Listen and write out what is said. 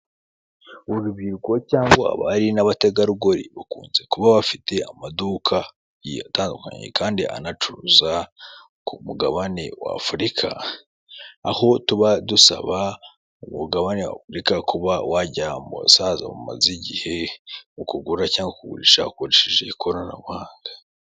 Urubyiruko cyangwa abari n'abategarugori bakunze kuba bafite amaduka agiye atandukanye kandi anacuruza ku mugabane w'afurika, aho tuba dusaba umugabane w'afurika kuba wajya mu basaza bamaze gihe mu kugura cyangwa kugurisha bakoresheje ikoranabuhanga.